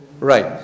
Right